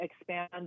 expand